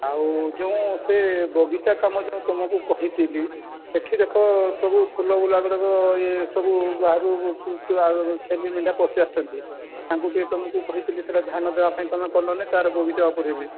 ଆଉ ଯେଉଁ ସେ ବଗିଚା କାମ ଯେଉଁ ତମକୁ କହିଥିଲି ସେଠି ଦେଖ ସବୁ ଫୁଲଗୁଡ଼ାକ ଇଏ ସବୁ ବାହାରୁ ଛେଲି ମେଣ୍ଢା ପଶି ଆସୁଛନ୍ତି ତାଙ୍କୁ ଟିକିଏ ତମକୁ କହିଥିଲି ସେଟା ଧ୍ୟାନ ଦେବାପାଇଁ ତମେ ତ କଲନି ତା'ର ବଗିଚା ଉପରେ ବି